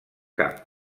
camp